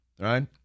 right